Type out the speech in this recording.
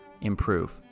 improve